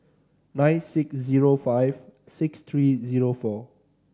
nine six zero five six three zero four